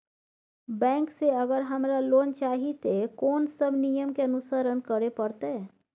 Bank से अगर हमरा लोन चाही ते कोन सब नियम के अनुसरण करे परतै?